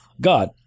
God